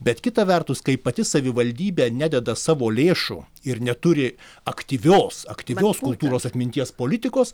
bet kita vertus kai pati savivaldybė nededa savo lėšų ir neturi aktyvios aktyvios kultūros atminties politikos